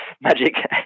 magic